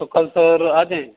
तो कल सर आ जाएँ